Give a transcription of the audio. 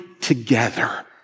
together